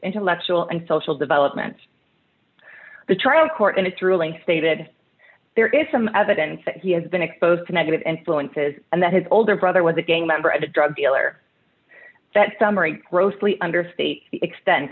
intellectual and social developments the trial court in its ruling stated there is some evidence that he has been exposed to negative influences and that his older brother was a gang member of a drug dealer that some are grossly understates the extent